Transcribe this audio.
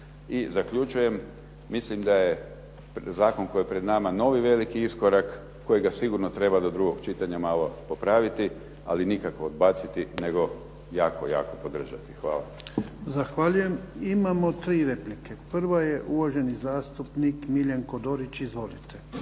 I zaključujem, mislim da je zakon koji je pred nama novi veliki iskorak kojega sigurno treba do drugog čitanja malo popraviti ali nikako odbaciti nego jako podržati. Hvala. **Jarnjak, Ivan (HDZ)** Zahvaljujem. Imamo tri replike. Prvo je uvaženi zastupnik Miljenko Dorić. Izvolite.